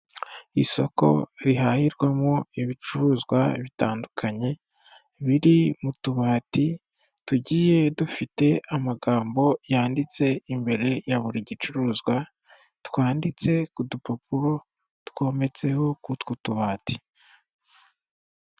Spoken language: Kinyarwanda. Isoko rihahirwamo ibicuruzwa bitandukanye, biri mu tubati tugiye dufite amagambo yanditse imbere ya buri gicuruzwa, twanditse ku dupapuro twometseho k'utwo tubati.